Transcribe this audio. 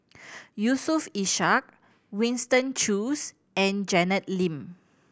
Yusof Ishak Winston Choos and Janet Lim